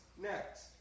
next